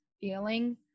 feeling